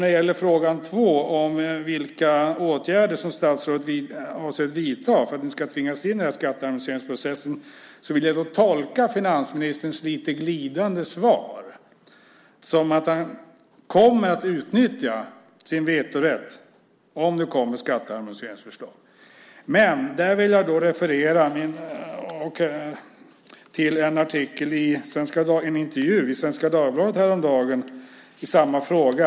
Beträffande fråga två, om vilka åtgärder som statsrådet avser att vidta för att vi inte ska tvingas in i den här skatteharmoniseringsprocessen, vill jag tolka finansministerns lite glidande svar som att han kommer att utnyttja sin vetorätt om det kommer skatteharmoniseringsförslag. Jag vill referera till en intervju i Svenska Dagbladet häromdagen i samma fråga.